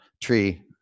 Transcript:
Tree